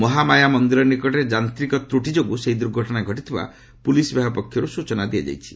ମହାମାୟା ମନ୍ଦିର ନିକଟରେ ଯାନ୍ତ୍ରୀକ ତ୍ରୁଟି ଯୋଗୁଁ ସେହି ଦୁର୍ଘଟଣା ଘଟିଥିବା ପୁଲିସ୍ ବିଭାଗ ପକ୍ଷରୁ ସୂଚନା ଦିଆଯାଇଛି